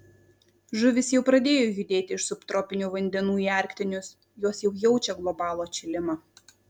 žuvys jau pradėjo judėti iš subtropinių vandenų į arktinius jos jau jaučia globalų atšilimą